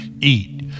eat